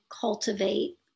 cultivate